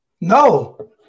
No